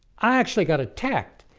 i actually got attacked